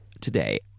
today